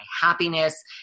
happiness